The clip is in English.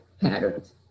patterns